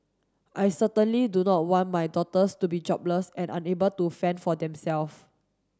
I certainly do not want my daughters to be jobless and unable to fend for themself